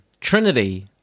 Trinity